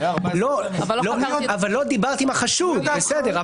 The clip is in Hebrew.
אבל לא דיברת עם החשוד, בסדר.